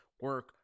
Work